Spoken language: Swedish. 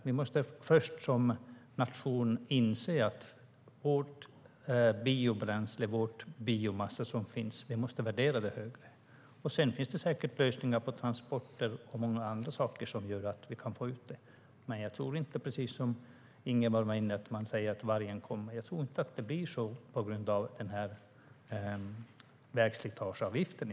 Vi måste först som nation inse att vi måste värdera vårt biobränsle och vår biomassa högre. Det finns säkert lösningar för transporter och många andra saker som gör att vi kan få ut det. Ingemar Nilsson var inne på att man säger att vargen kommer. Jag tror inte att det blir så, i varje fall inte på grund av vägslitageavgiften.